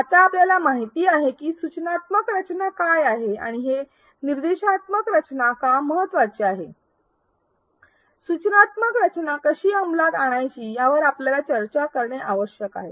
आता आपल्याला माहिती झाले आहे की सूचनात्मक रचना काय आहे आणि निर्देशात्मक रचना का महत्वाचे आहे सूचनात्मक रचना कशी अंमलात आणायची यावर आपल्याला चर्चा करणे आवश्यक आहे